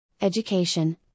education